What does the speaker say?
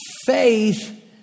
faith